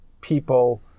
people